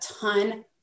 ton